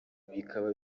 bikaba